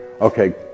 okay